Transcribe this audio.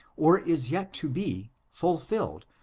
or is yet to be, ful filled,